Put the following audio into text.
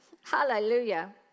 Hallelujah